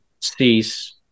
Cease